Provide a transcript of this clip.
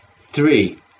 Three